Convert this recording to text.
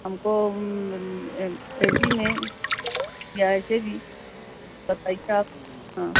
ہم کو A C میں یا ایسے بھی صفائی صاف ہاں